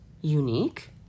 unique